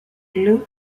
lou